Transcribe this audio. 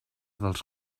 dels